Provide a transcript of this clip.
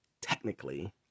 technically